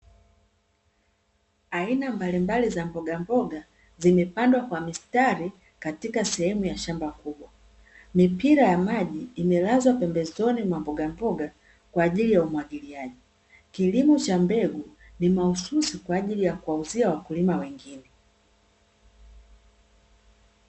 Aina mbalimbali za mbogamboga, zimepandwa kwa mistari katika sehemu ya shamba kubwa. Mipira ya maji imelazwa pembezoni mwa mbogamboga kwa ajili ya umwagilaji. Kilimo cha mbegu ni mahususi kwa ajili ya kuwauzia wakulima wengine.